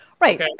Right